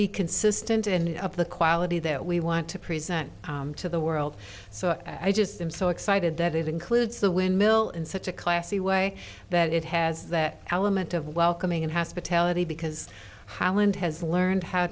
be consistent and of the quality that we want to present to the world so i just am so excited that it includes the windmill in such a classy way that it has that element of welcoming and hospitality because holland has learned how